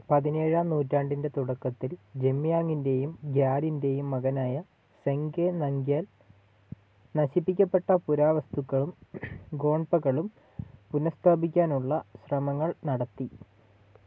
പതിനേഴാം നൂറ്റാണ്ടിന്റെ തുടക്കത്തിൽ ജംയാങ്ങിന്റെയും ഗ്യാലിന്റെയും മകനായ സെങ്ഗെ നംഗ്യാൽ നശിപ്പിക്കപ്പെട്ട പുരാവസ്തുക്കളും ഗോൺപകളും പുനഃസ്ഥാപിക്കാനുള്ള ശ്രമങ്ങൾ നടത്തി